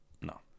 no